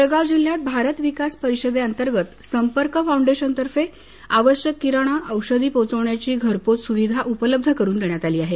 जळगाव जिल्ह्यात भारत विकास परिषदेंतर्गत संपर्क फाउंडेशनतर्फे आवश्यक किराणा औषधी पोचवण्याची घरपोच सुविधा उपलब्ध करुन देण्यात आली आहे